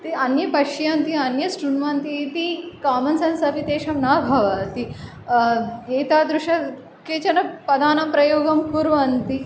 ते अन्ये पश्यन्ति अन्ये श्रुण्वन्ति इति कामन् सेन्स् अपि तेषां न भवति एतादृष केचन पदानां प्रयोगं कुर्वन्ति